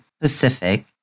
Pacific